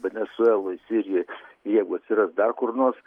venesueloj sirijoj jeigu atsiras dar kur nors